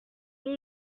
kuri